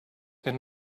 and